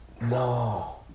No